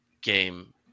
game